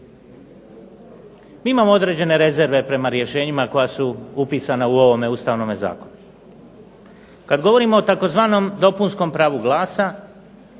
mi imamo određene rezerve prema rješenjima koja su upisana u ovome Ustavnome zakonu. Kad govorimo o tzv. dopunskom pravu glasa